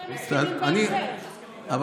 יש הסכמים בעל פה.